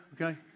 okay